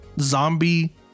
zombie